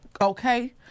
Okay